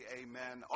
amen